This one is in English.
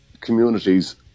communities